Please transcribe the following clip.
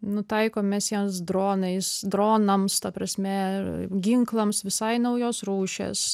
nutaikom mes jiems dronais dronams ta prasme ginklams visai naujos rūšies